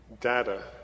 data